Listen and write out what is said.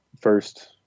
first